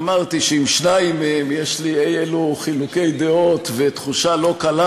אמרתי שעם שניים מהם יש לי אי-אלו חילוקי דעות ותחושה לא קלה,